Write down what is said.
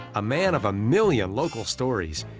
a man of a million local stories,